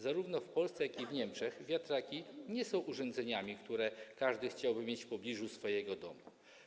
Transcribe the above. Zarówno w Polsce, jak i w Niemczech wiatraki nie są urządzeniami, które każdy chciałby mieć w pobliżu swojego domu.